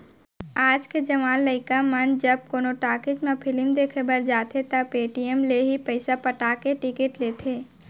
आज के जवान लइका मन जब कोनो टाकिज म फिलिम देखे बर जाथें त पेटीएम ले ही पइसा पटा के टिकिट लेथें